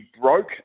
broke